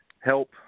help –